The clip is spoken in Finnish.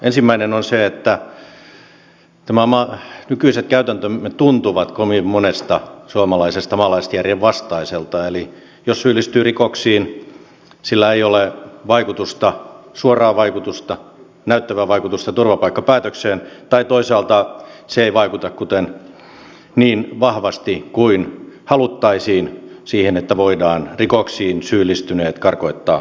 ensimmäinen on se että nykyiset käytäntömme tuntuvat kovin monesta suomalaisesta maalaisjärjen vastaisilta eli jos syyllistyy rikoksiin sillä ei ole vaikutusta suoraa vaikutusta näyttävää vaikutusta turvapaikkapäätökseen tai toisaalta se ei vaikuta niin vahvasti kuin haluttaisiin siihen että voidaan rikoksiin syyllistyneet karkottaa maasta